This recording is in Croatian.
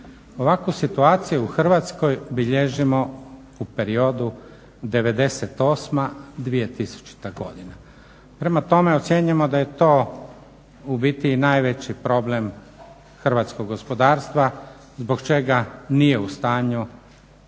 Ovakvu situaciju u Hrvatskoj bilježimo u periodu 1998.-2000. godina. Prema tome, ocjenjujemo da je to ubiti i najveći problem hrvatskog gospodarstva, zbog čega nije u stanju